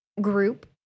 group